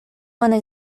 one